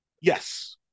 Yes